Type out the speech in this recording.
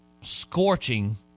scorching